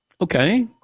Okay